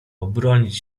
obronić